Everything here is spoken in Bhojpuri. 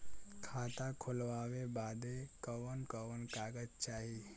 खाता खोलवावे बादे कवन कवन कागज चाही?